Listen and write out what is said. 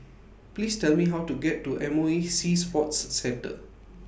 Please Tell Me How to get to M O E Sea Sports Centre